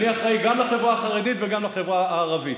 אני אחראי גם לחברה החרדית וגם לחברה הערבית.